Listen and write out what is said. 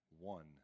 one